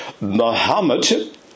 Muhammad